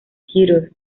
theatre